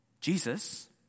Jesus